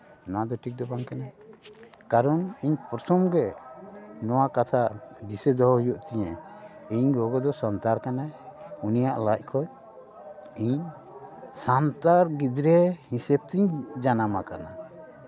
ᱚᱱᱟ ᱫᱚ ᱴᱷᱤᱠ ᱫᱚ ᱵᱟᱝ ᱠᱟᱱᱟ ᱠᱟᱨᱚᱱ ᱤᱧ ᱯᱨᱚᱥᱚᱝᱜᱮ ᱱᱚᱣᱟ ᱠᱟᱛᱷᱟ ᱫᱤᱥᱟᱹ ᱫᱚᱦᱚ ᱦᱩᱭᱩᱜ ᱛᱤᱧᱟᱹ ᱤᱧ ᱜᱚᱜᱚ ᱫᱚ ᱥᱟᱱᱛᱟᱲ ᱠᱟᱱᱟᱭ ᱩᱱᱤᱭᱟᱜ ᱞᱟᱡ ᱠᱷᱚᱡ ᱤᱧ ᱥᱟᱱᱛᱟᱲ ᱜᱤᱫᱽᱨᱟᱹ ᱦᱤᱥᱟᱹᱵᱽᱛᱤᱧ ᱡᱟᱱᱟᱢ ᱟᱠᱟᱱᱟ